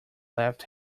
left